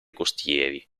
costieri